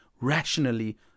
rationally